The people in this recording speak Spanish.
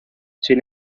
sin